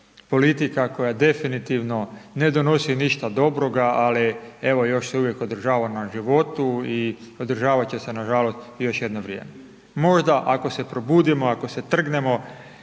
politika koja definitivno ne donosi ništa dobroga, ali evo, još se uvijek održava na životu i održavat će se nažalost još jedno vrijeme. Možda ako se probudimo, ako se trgnemo,